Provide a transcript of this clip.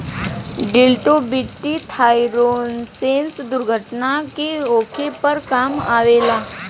disability insurance दुर्घटना के होखे पर काम अवेला